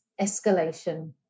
escalation